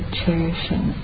cherishing